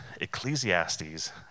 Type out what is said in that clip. Ecclesiastes